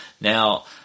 Now